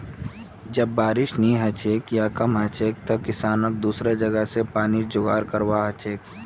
जब बारिश नी हछेक या कम हछेक तंए किसानक दुसरा जगह स पानीर जुगाड़ करवा हछेक